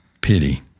pity